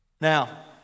Now